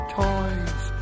toys